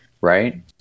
right